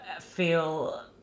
feel